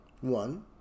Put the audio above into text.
One